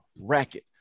Racket